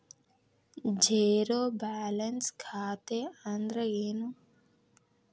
Zero balance ಖಾತೆ ಅಂದ್ರೆ ಏನು?